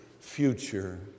future